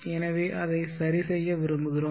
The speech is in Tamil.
எனவே அதை சரி செய்ய விரும்புகிறோம்